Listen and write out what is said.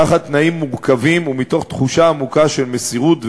בתנאים מורכבים ומתוך תחושה עמוקה של מסירות,